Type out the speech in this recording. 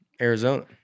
Arizona